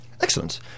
Excellent